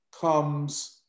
comes